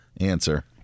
answer